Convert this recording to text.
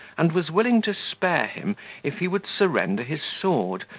and was willing to spare him if he would surrender his sword,